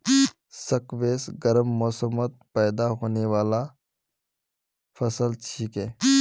squash गर्म मौसमत पैदा होने बाला फसल छिके